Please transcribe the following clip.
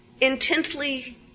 intently